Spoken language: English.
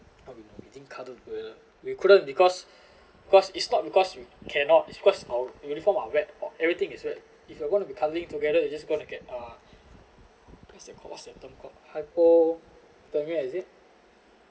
what we did we didn't cuddle we couldn't because because it's not because we cannot it's because our uniform are wet or everything is wet if you wanna be cuddling together you just gonna get uh what's that cold symptom called hypothermia is it